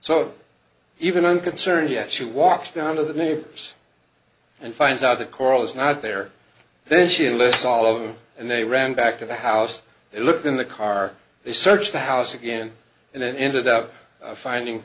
so even unconcerned yet she walks down to the neighbors and finds out that coral is not there then she lists all of them and they ran back to the house and looked in the car they searched the house again and then ended up finding